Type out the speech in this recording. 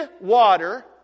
water